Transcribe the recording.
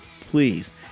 Please